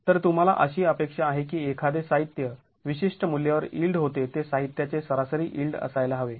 तर तुंम्हाला अशी अपेक्षा आहे की एखादे साहित्य विशिष्ट मूल्यावर यिल्ड होते ते साहित्याचे सरासरी यिल्ड असायला हवे